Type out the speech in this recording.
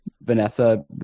Vanessa